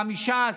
גם מש"ס.